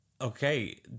okay